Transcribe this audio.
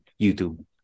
YouTube